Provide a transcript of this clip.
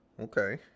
Okay